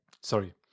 Sorry